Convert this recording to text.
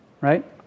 Right